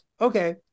okay